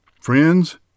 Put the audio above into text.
Friends